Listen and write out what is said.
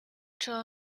czy